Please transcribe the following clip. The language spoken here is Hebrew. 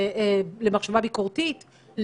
למחשבה ביקורתית,